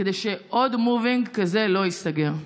כדי שעוד Movieing כזה לא ייסגר.